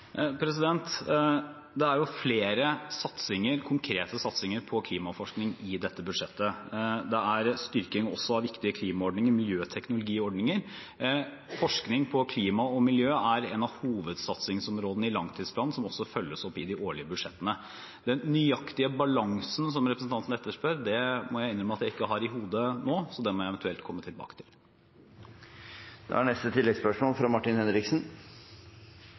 dette budsjettet. Det er styrking også av viktige klimaordninger, miljøteknologiordninger. Forskning på klima og miljø er en av hovedsatsingsområdene i langtidsplanen, som også følges opp i de årlige budsjettene. Den nøyaktige balansen, som representanten etterspør, må jeg innrømme at jeg ikke har i hodet nå, så det må jeg eventuelt komme tilbake til. Martin Henriksen – til oppfølgingsspørsmål. I det statsbudsjettet som regjeringa har lagt fram, er